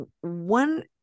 one